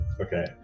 okay